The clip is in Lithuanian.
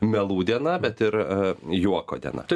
melų diena bet ir juoko diena